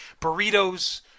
burritos